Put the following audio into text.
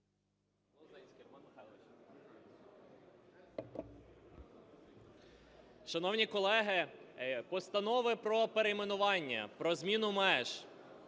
Шановні колеги, постанови про перейменування, про зміну меж,